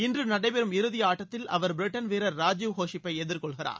இன்று நடைபெறும் இறுதியாட்டத்தில் அவர் பிரிட்டள் வீரர் ராஜீவ் ஹோஷிப்பை எதிர்கொள்கிறார்